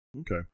Okay